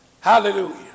Hallelujah